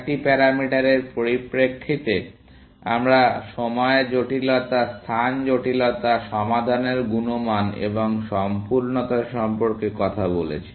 চারটি প্যারামিটারের পরিপ্রেক্ষিতে আমরা সময় জটিলতা স্থান জটিলতা সমাধানের গুণমান এবং সম্পূর্ণতা সম্পর্কে কথা বলেছি